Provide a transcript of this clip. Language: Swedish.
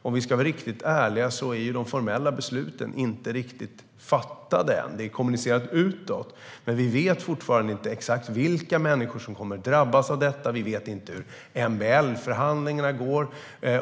Om vi ska vara riktigt ärliga är ju de formella besluten inte riktigt fattade än. Det är kommunicerat utåt. Men vi vet fortfarande inte exakt vilka människor som kommer att drabbas av detta, och vi vet inte hur MBL-förhandlingarna går.